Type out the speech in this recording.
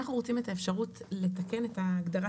אנחנו רוצים את האפשרות לתקן את הגדרת